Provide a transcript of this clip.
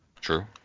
True